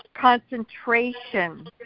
concentration